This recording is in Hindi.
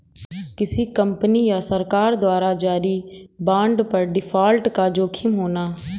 किसी कंपनी या सरकार द्वारा जारी बांड पर डिफ़ॉल्ट का जोखिम होना